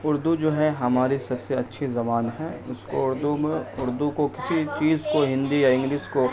اردو جو ہے ہماری سب سے اچھی زبان ہے اس کو اردو میں اردو کو کسی چیز کو ہندی یا انگلش کو